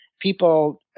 people